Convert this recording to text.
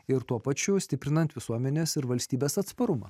ir tuo pačiu stiprinant visuomenės ir valstybės atsparumą